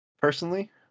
personally